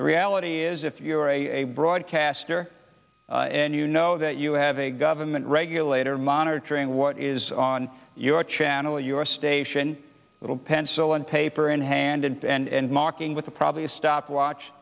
the reality is if you're a broadcaster and you know that you have a government regulator monitoring what is on your channel your station little pencil and paper in hand and and marking with a probably a stopwatch